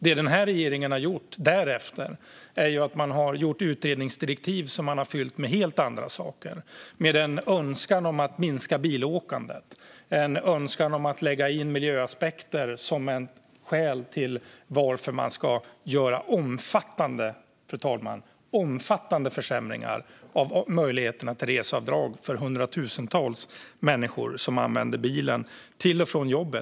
Det den här regeringen har gjort därefter är att man har gjort utredningsdirektiv som man har fyllt med helt andra saker. Det är en önskan att minska bilåkandet, en önskan att lägga in miljöaspekter som skäl till att man ska göra omfattande försämringar, fru talman, av möjligheten att göra reseavdrag för hundratusentals människor som använder bilen till och från jobbet.